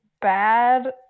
bad